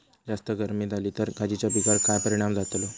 जास्त गर्मी जाली तर काजीच्या पीकार काय परिणाम जतालो?